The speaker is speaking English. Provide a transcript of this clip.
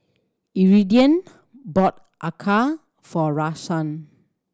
Iridian bought acar for Rahsaan